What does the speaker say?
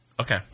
Okay